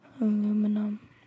Aluminum